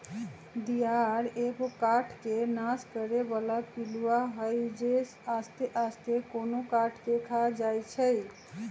दियार एगो काठ के नाश करे बला पिलुआ हई जे आस्ते आस्ते कोनो काठ के ख़ा जाइ छइ